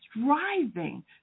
striving